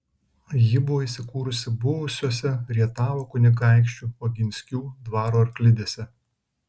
ji buvo įsikūrusi buvusiose rietavo kunigaikščių oginskių dvaro arklidėse